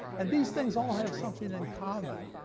and these things all have something in common.